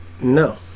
No